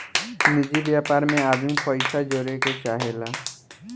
निजि व्यापार मे आदमी पइसा जोड़े के चाहेला